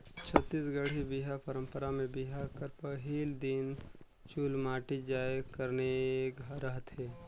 छत्तीसगढ़ी बिहा पंरपरा मे बिहा कर पहिल दिन चुलमाटी जाए कर नेग रहथे